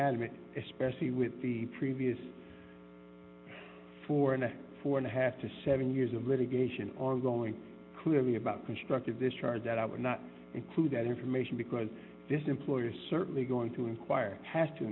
adamant especially with the previous four and a four and a half to seven years of litigation ongoing clearly about constructivist charge that i would not include that information because this employer is certainly going to inquire has to